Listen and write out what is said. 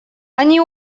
они